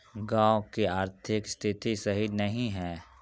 गाँव की आर्थिक स्थिति सही नहीं है?